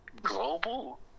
global